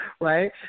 right